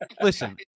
listen